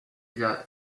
via